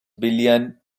billion